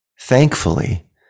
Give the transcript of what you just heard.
Thankfully